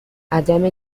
عدم